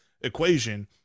equation